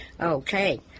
Okay